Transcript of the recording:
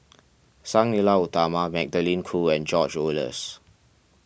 Sang Nila Utama Magdalene Khoo and George Oehlers